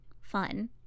fun